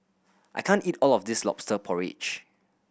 I can't eat all of this Lobster Porridge